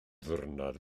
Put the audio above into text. ddiwrnod